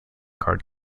card